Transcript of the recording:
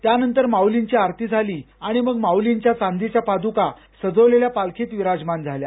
त्यानंतर माऊलींची आरती झाली आणि मग माउलींच्या चांदीच्या पाद्का सजवलेल्या पालखीत विराजमान झाल्या